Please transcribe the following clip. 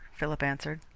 philip answered.